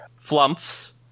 flumps